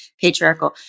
patriarchal